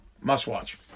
Must-watch